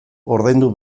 ordaindu